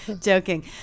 joking